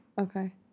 Okay